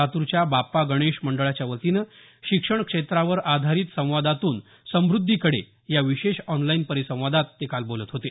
लातूरच्या बाप्पा गणेश मंडळाच्या वतीनं शिक्षण क्षेत्रावर आधारीत संवादातून समुद्धीकडे या विशेष आॅनलाईन परिसंवादात ते काल बोलत होते